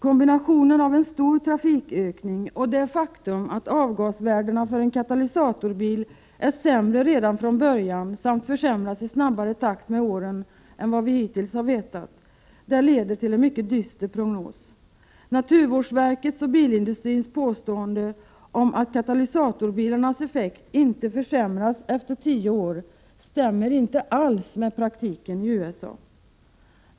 Kombinationen av en stor trafikökning och det faktum att avgasvär — Prot. 1988/89:30 dena för en katalysatorbil är sämre redan från början samt försämras i 23 november 1988 snabbare takt med åren än vad som hittills varit känt leder till en mycket dyster prognos. Naturvårdsverkets och bilindustrins påstående om att katalysatorbilarnas effekt inte försämras efter tio år stämmer inte alls med praktiken i USA.